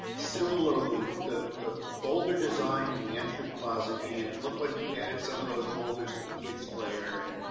similarly, with the the boulder design and the entry plaza, and it looked like you added some of those boulders to the kids player. yeah